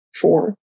four